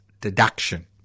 deduction